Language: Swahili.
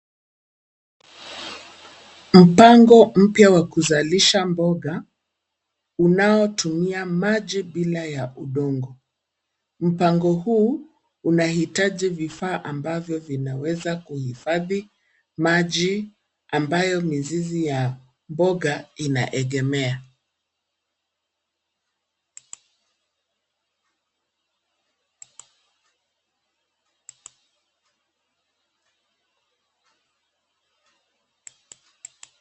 Mpango mpya wa kuzalisha mboga unaotumia maji bila ya udongo. Mpango huu unahitaji vifaa ambavyo vinaweza kuhifadhi maji ambayo mizizi ya mboga inaegemea.